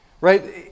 right